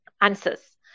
answers